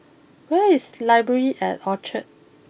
where is library at Orchard